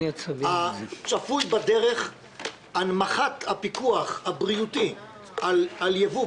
צפויה בדרך הנמכת הפיקוח הבריאותי על ייבוא,